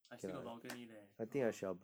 I still got balcony leh ah